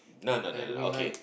no no no no okay